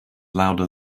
louder